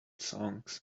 songs